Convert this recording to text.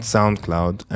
SoundCloud